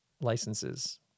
licenses